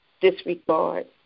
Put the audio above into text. disregard